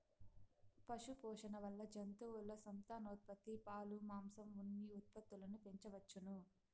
పశుపోషణ వల్ల జంతువుల సంతానోత్పత్తి, పాలు, మాంసం, ఉన్ని ఉత్పత్తులను పెంచవచ్చును